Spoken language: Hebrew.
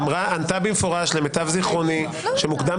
היא ענתה במפורש למיטב זיכרוני שמוקדם